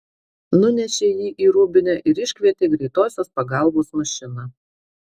nunešė jį į rūbinę ir iškvietė greitosios pagalbos mašiną